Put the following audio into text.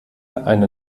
eine